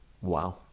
Wow